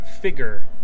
figure